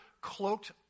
cloaked